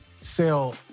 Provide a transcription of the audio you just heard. sell